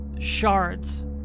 shards